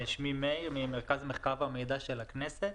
אני ממרכז המחקר והמידע של הכנסת.